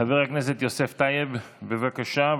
חבר הכנסת יוסף טייב, בבקשה.